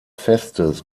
festes